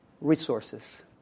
resources